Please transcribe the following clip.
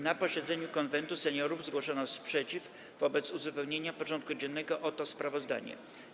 Na posiedzeniu Konwentu Seniorów zgłoszono sprzeciw wobec uzupełnienia porządku dziennego o to sprawozdanie.